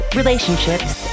relationships